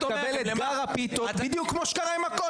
אתה תקבל אתגר הפיתות, בדיוק כמה שקרה עם הכותל.